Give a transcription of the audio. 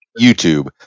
YouTube